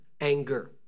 anger